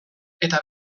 eta